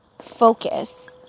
focus